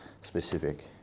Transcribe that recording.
specific